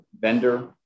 vendor